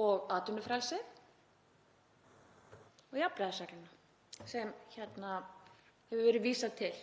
og atvinnufrelsið og jafnræðisregluna sem hefur verið vísað til